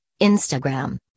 Instagram